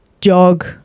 jog